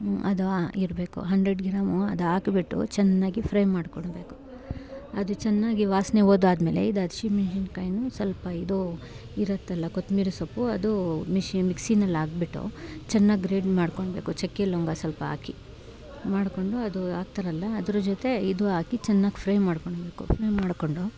ಅದು ಇರಬೇಕು hundred gram ಅದು ಹಾಕ್ಬಿಟ್ಟು ಚೆನ್ನಾಗಿ ಫ್ರೈ ಮಾಡ್ಕೊಡಬೇಕು ಅದು ಚೆನ್ನಾಗಿ ವಾಸನೆ ಹೋದಾದ್ಮೇಲೆ ಇದು ಹಸಿಮೆಣ್ಸಿನ್ಕಾಯಿಯೂ ಸ್ವಲ್ಪ ಇದು ಇರುತ್ತೆಲ್ಲ ಕೊತ್ತಂಬ್ರಿ ಸೊಪ್ಪು ಅದೂ ಮಿಶಿ ಮಿಕ್ಸಿನಲ್ಲಿ ಹಾಕ್ಬಿಟ್ಟು ಚೆನ್ನಾಗಿ ಗ್ರಿಡ್ ಮಾಡ್ಕೊಳ್ಬೇಕು ಚಕ್ಕೆ ಲವಂಗ ಸ್ವಲ್ಪ ಹಾಕಿ ಮಾಡ್ಕೊಂಡು ಅದು ಹಾಕ್ತಾರಲ್ಲ ಅದ್ರ ಜೊತೆ ಇದು ಹಾಕಿ ಚೆನ್ನಾಗಿ ಫ್ರೈ ಮಾಡ್ಕೊಳ್ಬೇಕು ಫ್ರೈ ಮಾಡ್ಕೊಂಡು